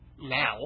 now